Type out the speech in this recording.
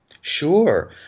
Sure